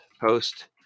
Post